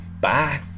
bye